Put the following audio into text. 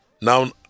Now